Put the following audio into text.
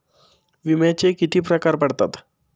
विम्याचे किती प्रकार पडतात?